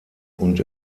und